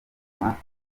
ibihumbi